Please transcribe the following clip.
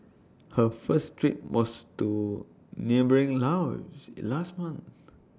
her first trip was to neighbouring Laos last month